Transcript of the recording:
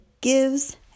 gives